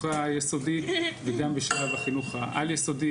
היסודי וגם בשלב החינוך העל יסודי.